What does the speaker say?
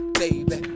baby